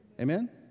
Amen